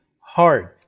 hard